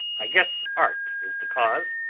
i guess art is the cause.